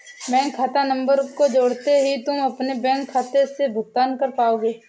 bank खाता number को जोड़ते ही तुम अपने बैंक खाते से भुगतान कर पाओगे